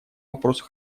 вопросу